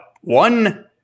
one